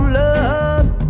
love